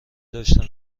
داشتم